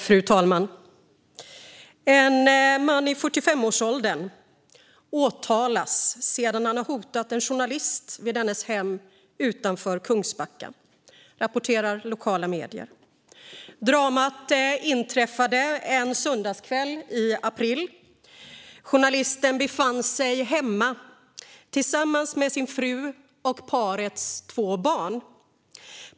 Fru talman! En man i 45-årsåldern åtalas sedan han hotat en journalist vid dennes hem utanför Kungsbacka, rapporterar lokala medier. Dramat ägde rum en söndagskväll i april. Journalisten befann sig hemma tillsammans med sin fru och parets två barn.